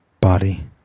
body